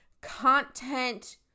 content